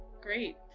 great